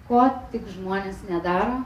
ko tik žmonės nedaro